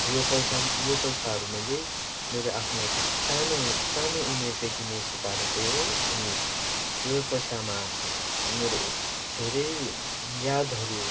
यो पैसा यो पैसाहरू मैले मेरो आफ्नो सानो सानो उमेरदेखि नै थुपारेको हो अनि यो पैसामा मेरो धेरै यादहरू